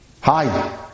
Hi